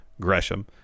Gresham